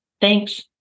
Thanks